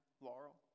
Laurel